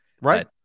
Right